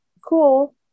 cool